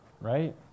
right